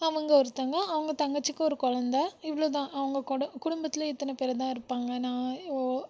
அவங்க ஒருத்தவங்க அவங்க தங்கச்சிக்கு ஒரு குழந்த இவ்வளோதான் அவங்க குடுத் குடும்பத்திலே இத்தனை பேர் தான் இருப்பாங்க நான்